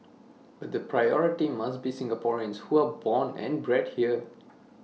but the priority must be Singaporeans who are born and bred here